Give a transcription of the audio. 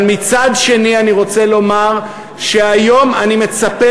אבל מצד שני אני רוצה לומר שהיום אני מצפה